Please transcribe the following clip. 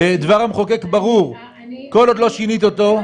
דבר המחוקק ברור וכל עוד לא שינית אותו,